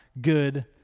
good